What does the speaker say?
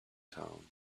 town